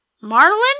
Marlin